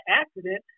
accident